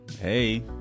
Hey